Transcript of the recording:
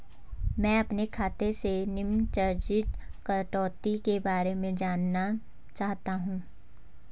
मैं अपने खाते से निम्न चार्जिज़ कटौती के बारे में जानना चाहता हूँ?